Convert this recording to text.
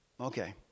okay